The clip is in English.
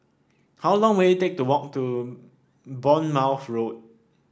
how long will it take to walk to Bournemouth Road